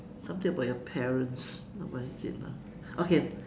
something about your parents no where is it ah okay